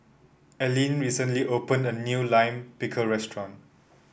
Aline recently open a new Lime Pickle restaurant